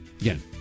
again